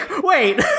Wait